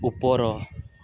ଉପର